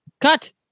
Cut